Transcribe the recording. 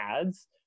ads